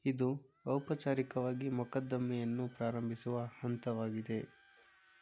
ಇದು ಔಪಚಾರಿಕವಾಗಿ ಮೊಕದ್ದಮೆಯನ್ನು ಪ್ರಾರಂಭಿಸುವ ಹಂತವಾಗಿದೆ